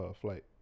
Flight